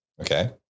Okay